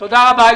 תודה רבה.